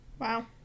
Wow